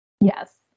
Yes